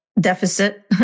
deficit